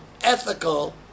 ethical